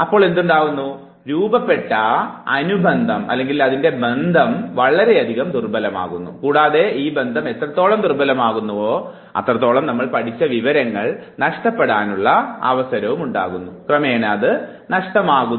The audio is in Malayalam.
അപ്പോൾ എന്താണുണ്ടാവുക അവിടെ രൂപപ്പെട്ട അനുബന്ധം വളരെയധികം ദുർബലമാകുന്നു കൂടാതെ ബന്ധം എത്രത്തോളം ദുർബലമാകുന്നുവോ വിവരങ്ങൾ നഷ്ടപ്പെടുവാനുള്ള അവസരങ്ങളും ക്രമേണ വലുതാവുന്നു